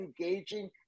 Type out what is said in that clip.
engaging